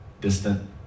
distant